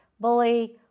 bully